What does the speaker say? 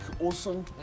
awesome